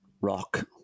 rock